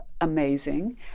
amazing